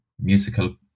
musical